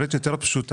בעברית יותר פשוטה,